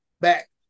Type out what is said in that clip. back